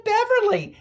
Beverly